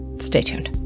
stay tuned.